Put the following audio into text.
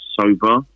Sober